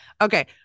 okay